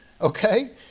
okay